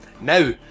Now